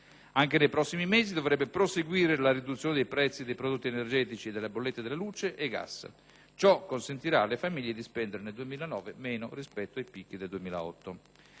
Anche nei prossimi mesi dovrebbe proseguire la riduzione dei prezzi dei prodotti energetici e delle bollette di luce e gas. Ciò consentirà alle famiglie di spendere meno nel 2009 rispetto ai picchi del 2008.